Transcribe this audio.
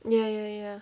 ya ya ya